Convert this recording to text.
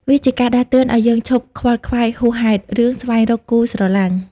វាជាការដាស់តឿនឱ្យយើងឈប់ខ្វល់ខ្វាយហួសហេតុ រឿងស្វែងរកគូស្រឡាញ់។